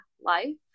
life